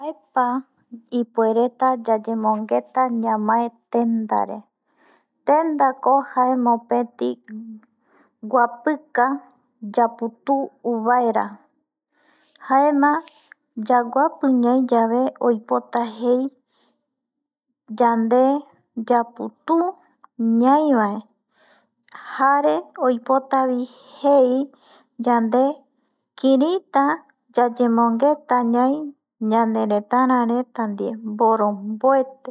Mbaepa yande puereta ñamae yayemongueta tendare tenda ko jae mopeti guapika yaputu vaera jaema yaguapi ñai yave oipota jei yande yaputu ñai va jare oipota vi jei yande kirei yayenmogueta ñai yanderetara ndie borombuete